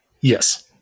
Yes